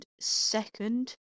second